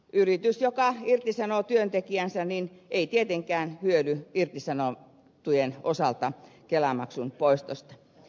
yritys joka irtisanoo työntekijänsä ei tietenkään hyödy irtisanottujen osalta kelamaksun poistosta